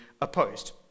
opposed